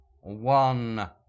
one